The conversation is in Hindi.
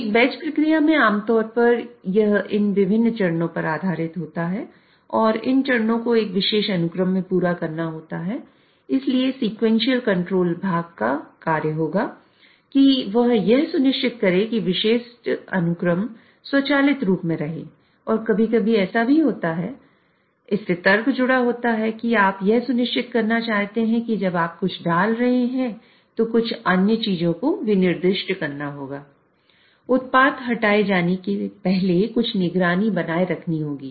एक बैच प्रक्रिया के तर्क को शामिल किया जाएगा